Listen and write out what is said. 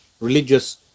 religious